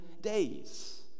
days